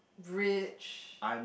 rich